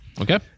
Okay